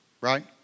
right